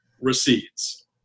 recedes